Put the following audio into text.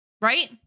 Right